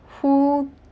who